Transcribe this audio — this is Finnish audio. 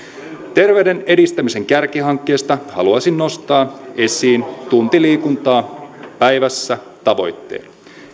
terveyden edistämisen kärkihankkeesta haluaisin nostaa esiin tunti liikuntaa päivässä tavoitteen